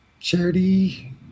charity